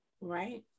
right